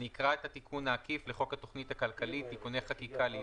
אקרא את התיקון העקיף לחוק התוכנית הכלכלית תיקוני חקיקה (תיקוני